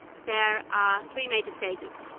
there are three major stages.